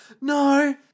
no